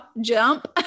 jump